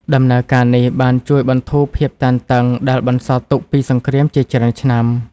ដំណើរការនេះបានជួយបន្ធូរភាពតានតឹងដែលបន្សល់ទុកពីសង្គ្រាមជាច្រើនឆ្នាំ។